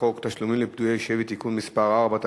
חוק תשלומים לפדויי שבי (תיקון מס' 4),